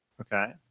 okay